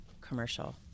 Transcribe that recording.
commercial